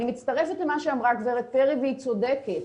אני מצטרפת למה שאמרה גברת פרי, והיא צודקת.